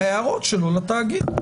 ההערות שלו לתאגיד.